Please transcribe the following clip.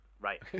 right